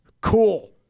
cool